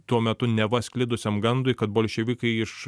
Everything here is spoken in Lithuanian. tuo metu neva sklidusiam gandui kad bolševikai iš